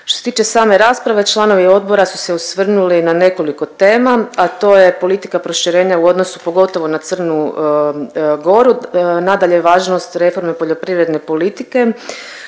Što se tiče same rasprave članovi odbora su se osvrnuli na nekoliko tema, a to je politika proširenja u odnosu pogotovo na Crnu Goru, nadalje važnost reforme poljoprivredne politike,